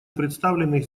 представленных